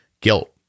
guilt